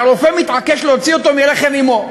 והרופא מתעקש להוציא אותו מרחם אמו.